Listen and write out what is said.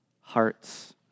hearts